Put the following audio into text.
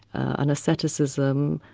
an aesceticism,